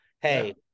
hey